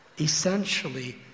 Essentially